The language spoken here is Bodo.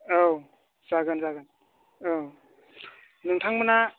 औ जागोन जागोन औ नोंथांमोनहा